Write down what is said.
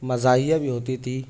مزاحیہ بھی ہوتی تھی